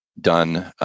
done